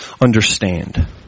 understand